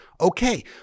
Okay